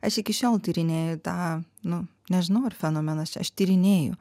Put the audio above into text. aš iki šiol tyrinėju tą nu nežinau ar fenomenas čia aš tyrinėju